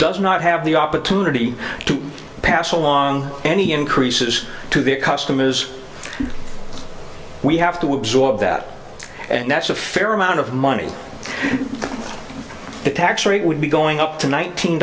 does not have the opportunity to pass along any increases to the customers we have to absorb that and that's a fair amount of money the tax rate would be going up to